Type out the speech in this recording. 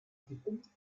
tippen